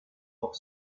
pour